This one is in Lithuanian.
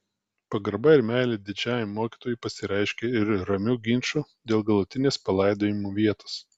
pagarba ir meilė didžiajam mokytojui pasireiškė ir ramiu ginču dėl galutinės palaidojimo vietos